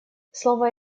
слово